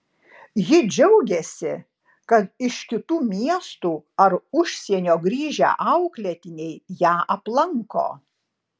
ji džiaugiasi kad iš kitų miestų ar užsienio grįžę auklėtiniai ją aplanko